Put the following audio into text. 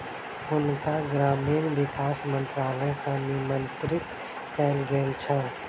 हुनका ग्रामीण विकास मंत्रालय सॅ निमंत्रित कयल गेल छल